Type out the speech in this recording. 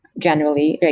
generally,